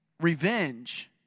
revenge